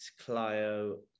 Clio